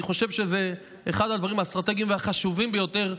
אני חושב שזה אחד הדברים האסטרטגיים והחשובים ביותר.